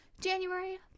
January